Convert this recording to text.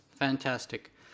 Fantastic